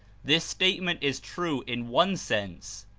this statement is true in one sense,